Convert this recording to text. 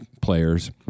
players